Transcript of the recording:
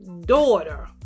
daughter